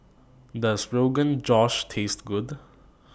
Does Rogan Josh Taste Good